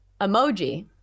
Emoji